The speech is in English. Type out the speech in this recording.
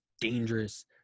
dangerous